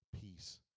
peace